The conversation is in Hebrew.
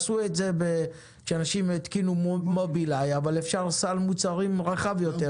עשו את זה כשאנשים התקינו "מובילאי" אבל אפשר סל מוצרים רחב יותר.